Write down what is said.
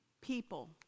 people